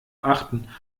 achten